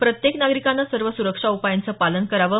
प्रत्येक नागरिकाने सर्व सुरक्षा उपायांचं पालन करावं